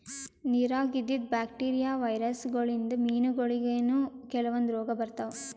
ನಿರಾಗ್ ಇದ್ದಿದ್ bacteria, virus ಗೋಳಿನ್ದ್ ಮೀನಾಗೋಳಿಗನೂ ಕೆಲವಂದ್ ರೋಗ್ ಬರ್ತಾವ್